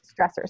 stressors